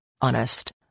honest